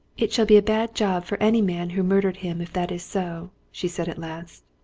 it shall be a bad job for any man who murdered him if that is so, she said at last.